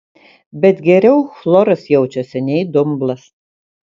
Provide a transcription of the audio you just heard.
bet geriau chloras jaučiasi nei dumblas